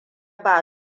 ba